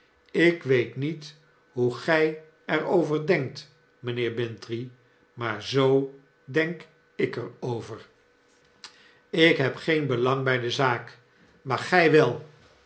ik weet niet hoe gy er over denkt mynheer bintrey maar zoo denk ik er over lk heb geen belang by de zaak maar gy wel